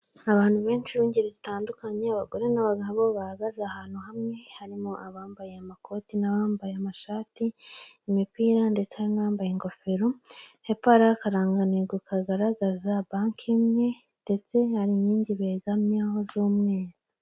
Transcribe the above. Abantu benshi b'ingeri zitandukanye, abagore n'abagabo bahagaze ahantu hamwe, harimo abambaye amakoti n'abambaye amashati, imipira ndetse hari n'abambaye ingofero, hepfo hariho akarangantego kagaragaza banki imwe ndetse hari inkingi begamyeho z'umweru.